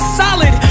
solid